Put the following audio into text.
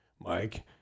Mike